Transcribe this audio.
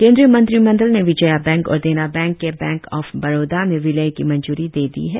केंद्रीय मंत्रिमंडल ने विजया बैंक और देना बैंक के बैंक ऑफ बड़ौदा में विल्य की मंजूरी दे दी है